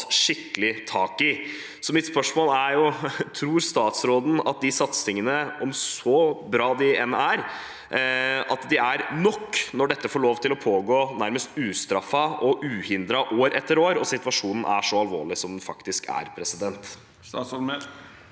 skikkelig tak i. Mitt spørsmål er: Tror statsråden at de satsingene – så bra de enn er – er nok, når dette får lov til å pågå nærmest ustraffet og uhindret år etter år, og situasjonen er så alvorlig som den faktisk er? Statsråd